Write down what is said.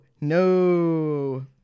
No